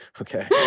okay